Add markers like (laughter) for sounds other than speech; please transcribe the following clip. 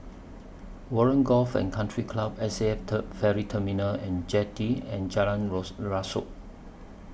Warren Golf and Country Club S A F (unintelligible) Ferry Terminal and Jetty and Jalan Rasok